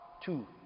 two